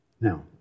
Now